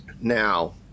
Now